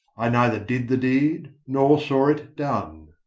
i neither did the deed nor saw it done,